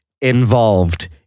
involved